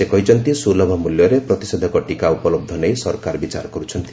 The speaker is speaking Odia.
ସେ କହିଛନ୍ତି ସୁଲଭ ମୂଲ୍ୟରେ ପ୍ରତିଷେଧକ ଟିକା ଉପଲବ୍ଧ ନେଇ ସରକାର ବିଚାର କରୁଛନ୍ତି